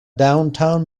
downtown